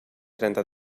trenta